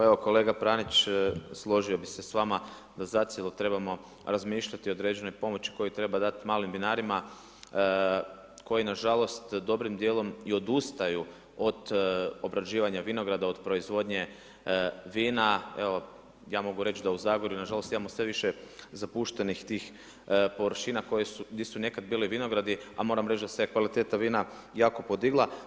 Pa evo kolega Pranić složio bih se s vama da zacijelo trebamo razmišljati o određenoj pomoći koju treba dati malim vinarima koji nažalost dobrim djelom i odustaju od obrađivanja vinograda, od proizvodnje vina, evo ja mogu reći da u Zagorju nažalost imamo sve više zapuštenih tih površina gdje su nekad bili vinogradi, a moram reći da se kvaliteta vina jako podigla.